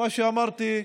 כפי שאמרתי,